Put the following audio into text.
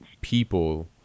people